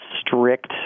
strict